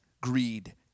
greed